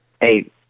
Hey